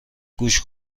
گوش